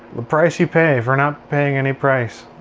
the price you pay for not paying any price.